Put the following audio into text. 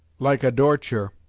like a dorture,